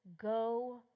go